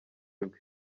bwe